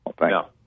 No